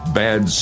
bad